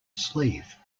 sleeve